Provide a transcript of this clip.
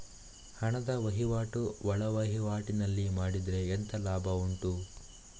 ಹಣದ ವಹಿವಾಟು ಒಳವಹಿವಾಟಿನಲ್ಲಿ ಮಾಡಿದ್ರೆ ಎಂತ ಲಾಭ ಉಂಟು?